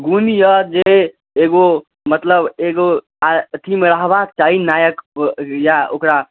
गुण अइ जे एगो मतलब एगो अथीमे रहबाके चाही नायक या ओकरा